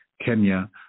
Kenya